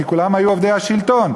כי כולם היו עובדי השלטון.